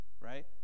right